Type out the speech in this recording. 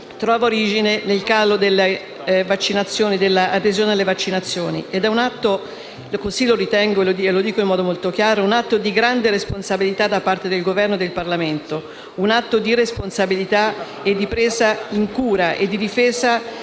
trova origine nel calo di adesioni alle vaccinazioni ed è un atto - lo dico in modo chiaro - di grande responsabilità da parte del Governo e del Parlamento, un atto di responsabilità, di presa in cura e di difesa di